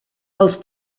els